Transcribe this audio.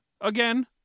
again